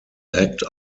act